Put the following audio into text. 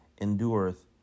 endureth